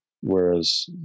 whereas